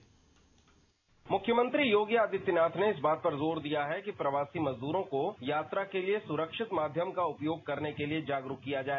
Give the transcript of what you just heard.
dispatch मुख्यमंत्री योगी आदित्यनाथ ने इस बात पर जोर दिया है कि प्रवासी मजदूरों को यात्रा के लिए सुरक्षित माध्यम का उपयोग करने के लिए जागरूक किया जाए